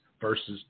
versus